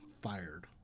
fired